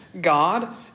God